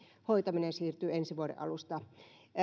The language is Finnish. hoitaminen siirtyy ensi vuoden alusta